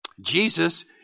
Jesus